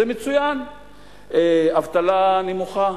זה מצוין, אבטלה נמוכה,